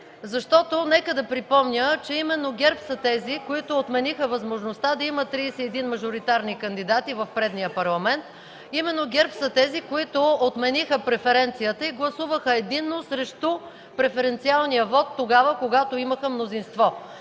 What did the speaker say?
Нека да припомня, че именно ГЕРБ са тези, които отмениха възможността да има 31 мажоритарни кандидати в предния парламент. Именно ГЕРБ са тези, които отмениха преференцията и гласуваха единно срещу преференциалния вот, когато имаха мнозинство.